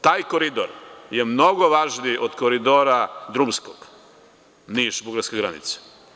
Taj koridor je mnogo važniji od koridora drumskih, Niš-Bugarska granica.